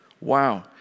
Wow